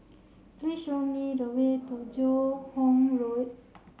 please show me the way to Joo Hong Road